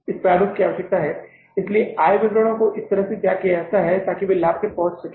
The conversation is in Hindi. इस प्रारूप की आवश्यकता है इसलिए आय विवरणों को इस तरह तैयार किया जाता है ताकि वे लाभ पर पहुंच सकें